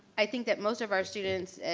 i think that most of our students,